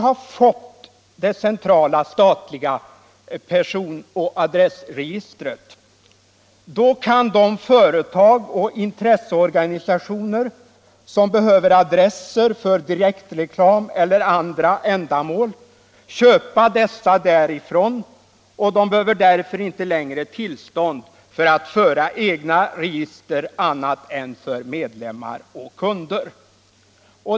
När det centrala statliga person och adressregistret har genomförts kan de företag och intresseorganisationer som behöver adresser för direktreklam eller för andra ändamål köpa dessa därifrån, och de behöver därför inte längre tillstånd för att föra egna register annat än för medlemmar och kunder.